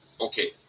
Okay